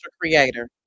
creator